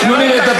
תנו לי לדבר.